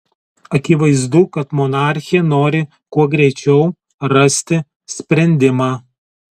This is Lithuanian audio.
akivaizdu kad monarchė nori kuo greičiau rasti sprendimą